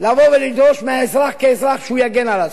לבוא לדרוש מהאזרח כאזרח שהוא יגן על עצמו.